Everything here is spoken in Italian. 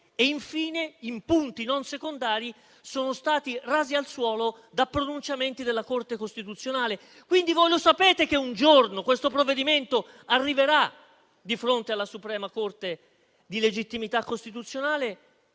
infine, in punti non secondari, sono stati rasi al suolo da pronunciamenti della Corte costituzionale. Sapete quindi che un giorno questo provvedimento arriverà di fronte alla suprema Corte di legittimità costituzionale